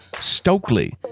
Stokely